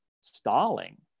stalling